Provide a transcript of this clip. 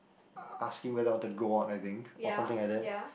uh asking whether I wanted to go out I think or something like that